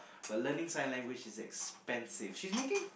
but learning sign language is expensive she's making